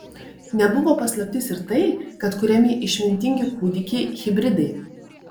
nebuvo paslaptis ir tai kad kuriami išmintingi kūdikiai hibridai